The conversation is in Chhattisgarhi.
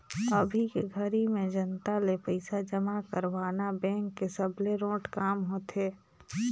अभी के घरी में जनता ले पइसा जमा करवाना बेंक के सबले रोंट काम होथे